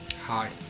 Hi